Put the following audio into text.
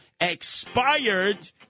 expired